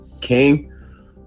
King